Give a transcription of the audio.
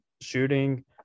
shooting